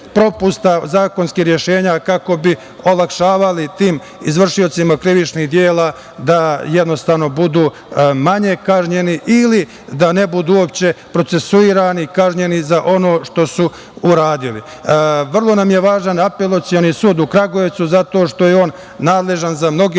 zakonskih rešenja kako bi olakšavali tim izvršiocima krivičnih dela da jednostavno budu manje kažnjeni ili da ne budu uopšte procesuirani i kažnjeni za ono što su uradili. Vrlo nam je važan Apelacioni sud u Kragujevcu zato što je on nadležan za mnoge